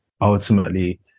ultimately